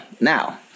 now